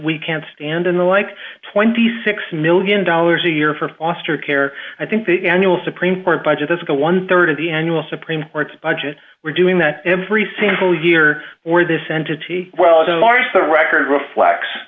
we can't stand in the like twenty six million dollars a year for foster care i think the annual supreme court budget this is a one rd of the annual supreme court's budget we're doing that every single year for this entity well the largest the record reflects